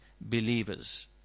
believers